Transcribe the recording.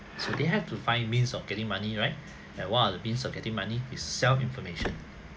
so they have to find means of getting money right and what are the things are getting money is sell information